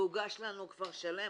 והוגש לנו כבר שלם,